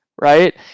right